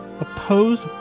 opposed